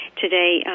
today